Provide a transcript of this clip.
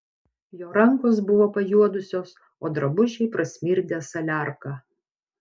jo rankos buvo pajuodusios o drabužiai prasmirdę saliarka